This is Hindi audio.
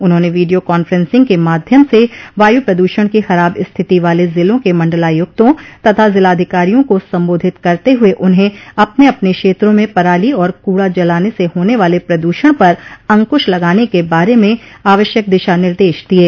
उन्होंने वीडियो कांफ्रेंसिंग के माध्यम से वायु प्रदूषण की खराब स्थिति वाले जिलों के मंडलायुक्तों तथा जिलाधिकारियों को संबोधित करते हुए उन्हें अपने अपने क्षेत्रों में पराली और कूड़ा जलाने से होने वाले प्रदूषण पर अंकुश लगाने के बार में आवश्यक दिशा निर्देश दिये